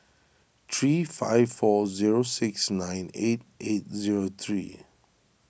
three five four zero six nine eight eight zero three